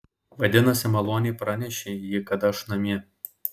vadinasi maloniai pranešei jai kad aš namie